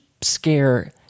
scare